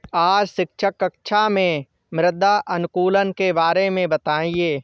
आज शिक्षक कक्षा में मृदा अनुकूलक के बारे में बताएं